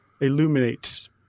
illuminates